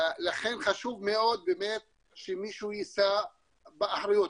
לכן חשוב מאוד באמת שמישהו יישא באחריות,